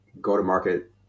go-to-market